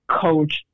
coach